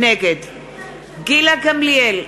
נגד גילה גמליאל,